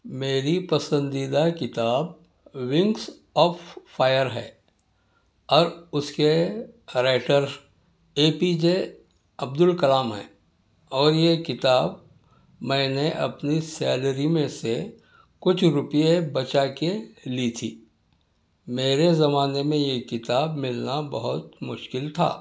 میری پسندیدہ کتاب ونگس آف فائر ہے اور اس کے writer A P J Abdul Kalam ہیں اور یہ کتاب میں نے اپنی سیلری میں سے کچھ روپئے بچا کے لی تھی میرے زمانے میں یہ کتاب ملنا بہت مشکل تھا